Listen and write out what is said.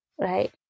Right